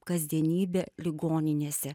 kasdienybę ligoninėse